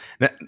Now